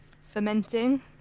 Fermenting